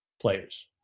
players